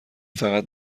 فقط